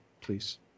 please